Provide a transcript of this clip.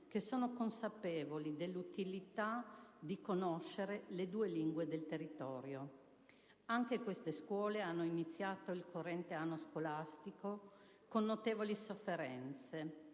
che sono consapevoli dell'utilità di conoscere le due lingue del territorio. Anche queste scuole hanno iniziato il corrente anno scolastico con notevoli sofferenze: